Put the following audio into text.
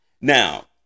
Now